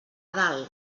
dalt